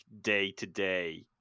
day-to-day